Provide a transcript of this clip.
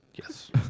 Yes